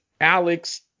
alex